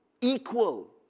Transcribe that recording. equal